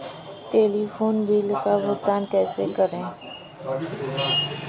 Telephone bill का भुगतान कैसे करें?